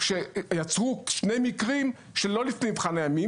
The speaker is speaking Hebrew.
שיצרו שני מקרים שהם לא לפי מבחן הימים,